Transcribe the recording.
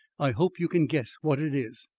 i hope you can guess what it is.